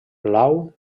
blau